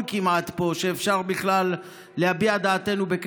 כמעט שאפשר בכלל להביע את דעתנו פה,